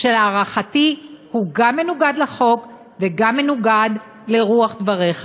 שלהערכתי הוא גם מנוגד לחוק וגם מנוגד לרוח דבריך.